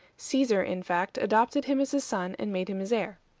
caesar in fact, adopted him as his son, and made him his heir.